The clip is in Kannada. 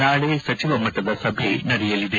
ನಾಳೆ ಸಚಿವ ಮಟ್ಟದ ಸಭೆ ನಡೆಯಲಿದೆ